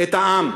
את העם.